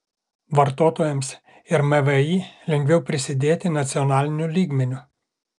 vartotojams ir mvį lengviau prisidėti nacionaliniu lygmeniu